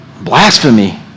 blasphemy